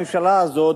הממשלה הזאת,